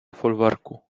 folwarku